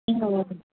இங்கே மேம்